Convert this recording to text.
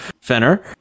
Fenner